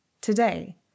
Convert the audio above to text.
Today